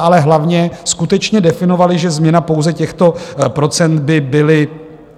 Ale hlavně skutečně definovaly, že změna pouze těchto procent by